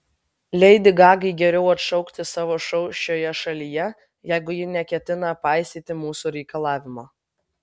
leidi gagai geriau atšaukti savo šou šioje šalyje jeigu ji neketina paisyti mūsų reikalavimo